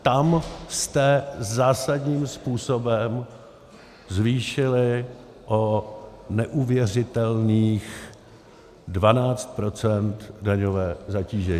Tam jste zásadním způsobem zvýšili o neuvěřitelných 12 % daňové zatížení.